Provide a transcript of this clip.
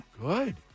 Good